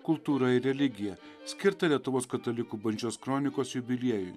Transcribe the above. kultūra ir religija skirtą lietuvos katalikų bažnyčios kronikos jubiliejui